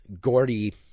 Gordy